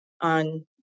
on